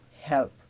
help